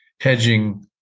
hedging